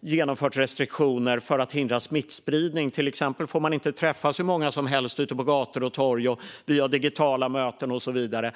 genomfört restriktioner för att hindra smittspridning. Till exempel får man inte träffas hur många som helst ute på gator och torg, vi har digitala möten och så vidare.